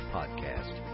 Podcast